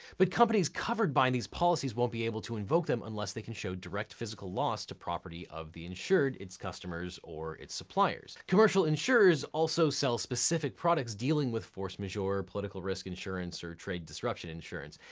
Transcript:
but companies covered by these policies won't be able to invoke them unless they show direct physical loss to property of the insured, its customers, or its suppliers. commercial insurers also sell specific products dealing with force majeure, political risk insurance, or trade disruption insurance.